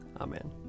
Amen